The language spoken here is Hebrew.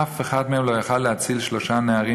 אף אחד מהם לא יכול להציל שלושה נערים